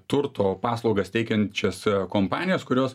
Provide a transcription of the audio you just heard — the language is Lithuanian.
turto paslaugas teikiančias kompanijas kurios